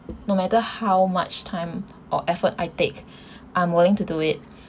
no matter how much time or effort I take I'm willing to do it